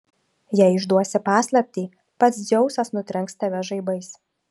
jei išduosi paslaptį pats dzeusas nutrenks tave žaibais